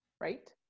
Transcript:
right